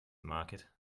market